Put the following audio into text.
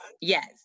Yes